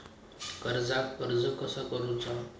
कर्जाक अर्ज कसा करुचा?